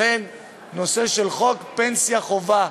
לכן הנושא של חוק פנסיה חובה,